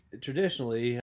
traditionally